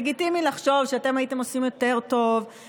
לגיטימי לחשוב שאתם הייתם עושים יותר טוב,